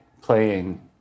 playing